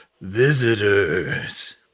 visitors